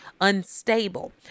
unstable